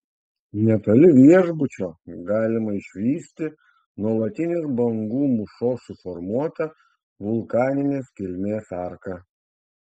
netoli viešbučio galima išvysti nuolatinės bangų mūšos suformuotą vulkaninės kilmės arką